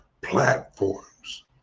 platforms